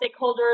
stakeholders